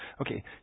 Okay